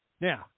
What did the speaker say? Now